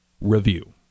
review